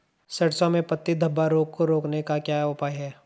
सरसों में पत्ती धब्बा रोग को रोकने का क्या उपाय है?